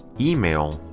email,